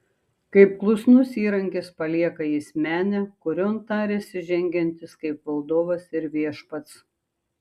kaip klusnus įrankis palieka jis menę kurion tarėsi žengiantis kaip valdovas ir viešpats